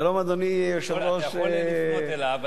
שלום, אדוני היושב-ראש, אתה יכול לפנות אליו.